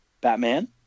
batman